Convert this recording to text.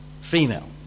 female